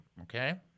okay